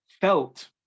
felt